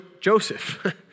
Joseph